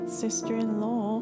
sister-in-law